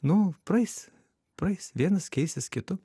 nu praeis praeis vienas keisis kitu